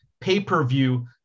pay-per-view